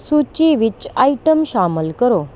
ਸੂਚੀ ਵਿੱਚ ਆਈਟਮ ਸ਼ਾਮਲ ਕਰੋ